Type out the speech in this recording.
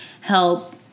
help